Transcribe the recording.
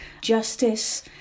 justice